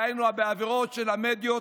דהיינו עבירות של המדיות.